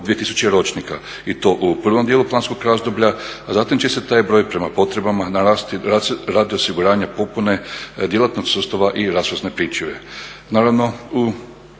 do 2000 ročnika i to u prvom dijelu planskog razdoblja, a zatim će se taj broj prema potrebama radi osiguranja popune djelatnog sustava i …/Govornik se